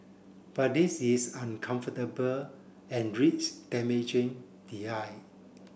but this is uncomfortable and risk damaging the eye